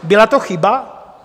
Byla to chyba?